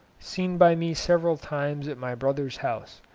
seen by me several times at my brother's house,